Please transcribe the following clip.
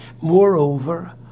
Moreover